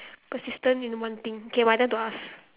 persistent in one thing okay my turn to ask